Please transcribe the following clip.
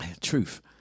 Truth